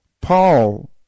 Paul